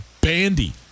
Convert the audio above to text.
Bandy